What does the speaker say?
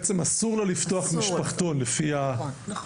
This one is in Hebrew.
בעצם אסור לה לפתוח משפחתון לפי --- אסור.